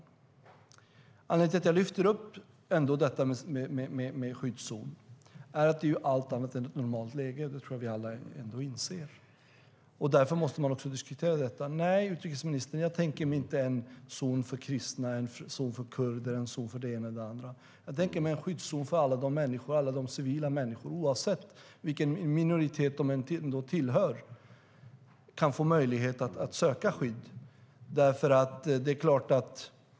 Anledningen till att jag lyfter upp frågan om en skyddszon är att det är allt annat än ett normalt läge. Det tror jag att vi alla ändå inser. Därför måste man också diskutera detta. Nej, utrikesministern, jag tänker mig inte en zon för kristna, en zon för kurder och en zon för den ena och den andra. Jag tänker mig ett skyddszon så att alla de civila människorna, oavsett vilken minoritet de tillhör, kan få möjlighet att söka skydd.